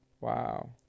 Wow